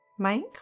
Mike